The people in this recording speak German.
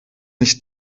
nicht